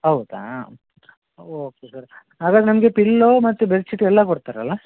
ಹೌದಾ okay sir ಹಾಗಾದರೆ ನಮಗೆ ಪಿಲ್ಲೋ ಮತ್ತು ಬೆಡ್ ಶಿಟ್ ಎಲ್ಲಾ ಕೊಡ್ತಾರಲ್ಲಾ